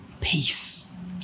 peace